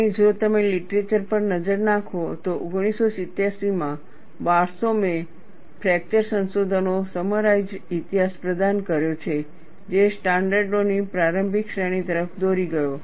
અને જો તમે લિટરેચર પર નજર નાખો તો 1987માં બારસોમે ફ્રેક્ચર સંશોધનનો સમરાઇઝ્ડ ઇતિહાસ પ્રદાન કર્યો છે જે સ્ટાન્ડર્ડોની પ્રારંભિક શ્રેણી તરફ દોરી ગયો